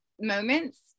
moments